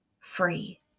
free